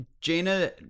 Jaina